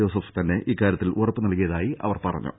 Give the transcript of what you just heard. Joseph തന്നെ ഇക്കാര്യത്തിൽ ഉറപ്പ് നൽകിയതായി അവർ പറഞ്ഞു